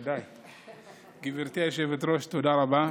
גברתי היושבת-ראש, תודה רבה.